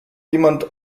jemand